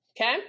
Okay